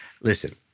listen